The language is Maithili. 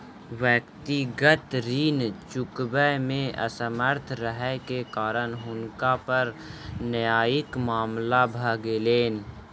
व्यक्तिगत ऋण चुकबै मे असमर्थ रहै के कारण हुनका पर न्यायिक मामला भ गेलैन